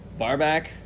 Barback